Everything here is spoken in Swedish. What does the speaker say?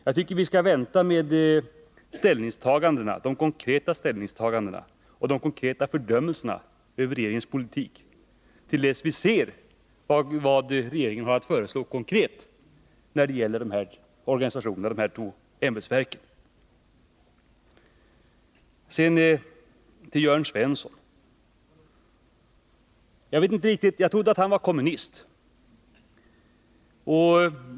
Jag tycker vi skall vänta med de konkreta ställningstagandena och med fördömandena över regeringens politik till dess vi ser vad regeringen konkret har att föreslå vad gäller de här två ämbetsverken och deras arbetsområden. Till Jörn Svensson: Jag trodde att Jörn Svensson var kommunist.